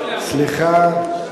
סליחה.